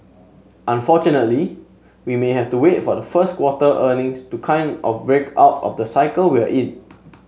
unfortunately we may have to wait for the first quarter earnings to kind of break out of the cycle we're in